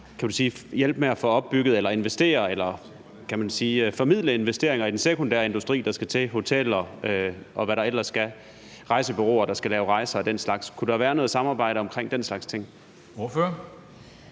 med at hjælpe med at få opbygget eller investere eller – kan man sige – formidle investeringer i den sekundære industri, der skal til, som hoteller og rejsebureauer, der skal lave rejser, og den slags? Kunne der være noget samarbejde omkring den slags ting? Kl.